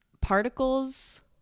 particles